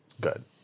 Good